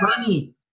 Money